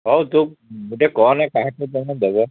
ହେଉ ତୁ ଗୋଟିଏ କହନା ଦବ